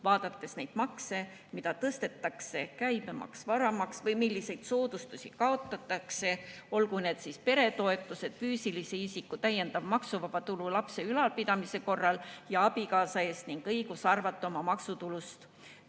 vaadata, milliseid makse tõstetakse – käibemaks, varamaks – või milliseid soodustusi kaotatakse, olgu need siis peretoetused, füüsilise isiku täiendav maksuvaba tulu lapse ülalpidamise korral ja abikaasa eest ning õigus arvata oma maksustatavast